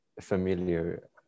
familiar